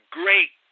great